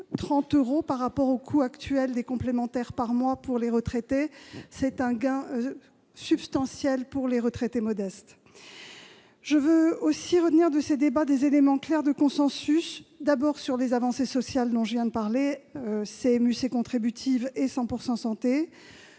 30 euros par rapport au coût mensuel actuel des complémentaires pour les retraités. C'est un gain substantiel pour les retraités modestes ! Je veux également retenir de nos débats des éléments clairs de consensus. D'abord, sur les avancées sociales, dont je viens de parler : la CMU-C contributive et le « 100 % santé